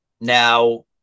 Now